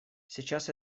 сейчас